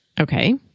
Okay